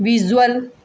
visual